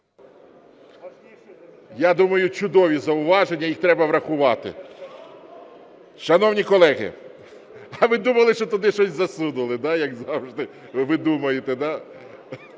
Я думаю, чудові зауваження, їх треба врахувати. Шановні колеги, а ви думали, що туди щось засунули, да, як завжди ви думаєте?